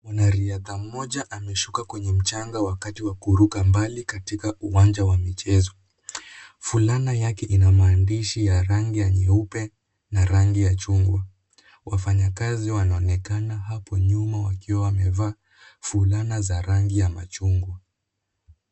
Mwanariadha mmoja ameshuka kwenye mchanga wakati wa kuruka mbali katika uwanja wa michezo. Fulana yake ina maandishi ya rangi ya nyeupe na rangi ya chungwa. Wafanyakazi wanaonekana hapo nyuma wakiwa wamevaa fulana za rangi ya machungwa.